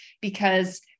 because-